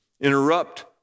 interrupt